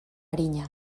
arina